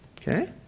Okay